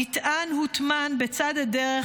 המטען הוטמן בצד הדרך,